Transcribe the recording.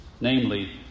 namely